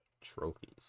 trophies